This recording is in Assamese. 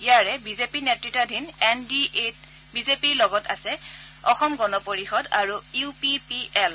ইয়াৰে বিজেপি নেত়ত্বৰ এন ডি এত বিজেপিৰ লগতে আছে অসম গণ পৰিযদ আৰু ইউ পি পি এল